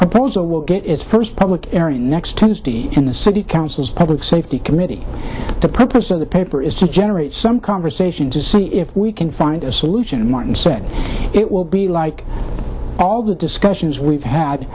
proposal will get its first public airing next tuesday in the city council's public safety committee the purpose of the paper is to generate some conversation to see if we can find a solution martin said it will be like all the discussions we've had